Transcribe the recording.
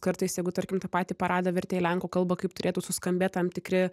kartais jeigu tarkim tą patį paradą vertė į lenkų kalbą kaip turėtų suskambėt tam tikri